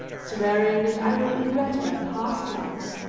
swearing that i would regret my past life